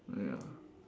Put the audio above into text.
ya